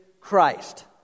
Christ